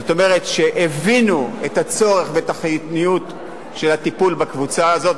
זאת אומרת שהבינו את הצורך ואת החיוניות של הקבוצה הזאת,